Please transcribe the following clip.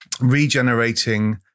Regenerating